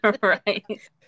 right